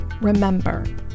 Remember